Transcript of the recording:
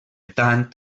tant